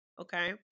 okay